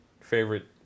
favorite